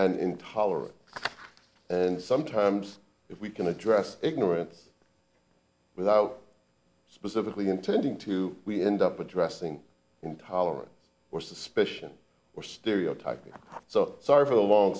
and intolerance and sometimes if we can address ignorance without specifically intending to we end up addressing intolerance or suspicion or stereotyping so sorry for the long